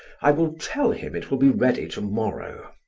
i will tell him it will be ready to-morrow.